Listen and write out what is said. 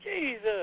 Jesus